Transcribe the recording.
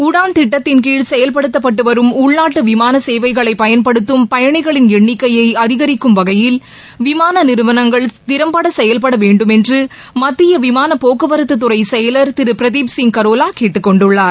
உடான் திட்டத்தின்கீழ் செயல்படுத்தப்பட்டு வரும் உள்நாட்டு விமான சேவைகளை பயன்படுத்தும் பயணிகளின் எண்ணிக்கையை அதிகரிக்கும் வகையில் விமான நிறுவளங்கள் திறன்பட செயல்டட வேண்டும் என்று மத்திய விமான போக்குவரத்துறை செயலர் திரு பிரதீப் சிங் கரோலா கேட்டுக் கொண்டுள்ளார்